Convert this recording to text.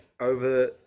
over